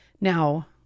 Now